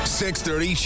630